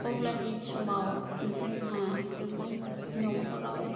अब्लानि समाव जोंहा न'खराव